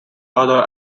other